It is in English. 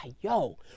yo